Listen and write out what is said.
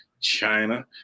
China